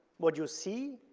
what you see,